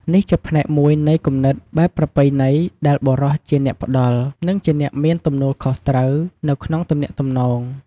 នេះជាផ្នែកមួយនៃគំនិតបែបប្រពៃណីដែលបុរសជាអ្នកផ្តល់ និងជាអ្នកមានទំនួលខុសត្រូវនៅក្នុងទំនាក់ទំនង។